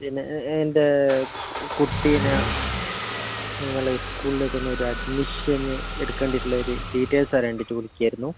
പിന്നെ എൻ്റ കുട്ടീനെ നിങ്ങള സ്കൂളിലേക്ക് ഒന്ന് ഒരു അഡ്മിഷൻ എടിക്കണ്ടീറ്റ് ഉള്ള ഒരു ഡീറ്റെയിൽസ് അറിയണ്ടീറ്റ് വിളിക്കുക ആയിരുന്നു